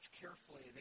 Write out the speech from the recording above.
carefully